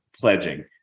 pledging